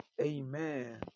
Amen